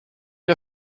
der